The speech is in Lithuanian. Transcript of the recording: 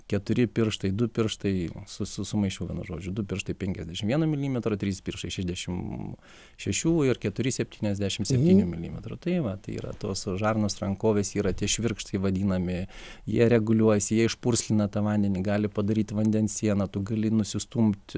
keturi pirštai du pirštai su sumaišiau vienu žodžiu du pirštai penkiasdešimt vieną milimetrą trys pirštai šešiasdešimt šešių ir keturi septyniasdešimt septynių milimetrų tai va tai yra tos žarnos rankovės yra tie švirkštai vadinami jie reguliuojasi jie išpurslina tą vandenį gali padaryti vandens sieną tu gali nusistumti